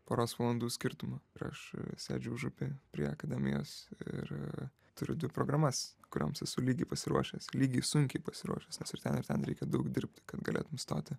poros valandų skirtumu ir aš sėdžiu užupyje prie akademijos ir turiu dvi programas kurioms esu lygiai pasiruošęs lygiai sunkiai pasiruošęs nes ir ten ir ten reikia daug dirbti kad galėtum stoti